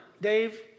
Dave